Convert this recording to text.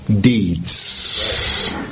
deeds